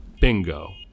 Bingo